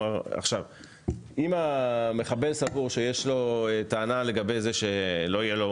אם המחבל סבור שיש לו טענה לגבי זה שלא תהיה לו